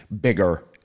bigger